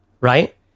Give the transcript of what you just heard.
Right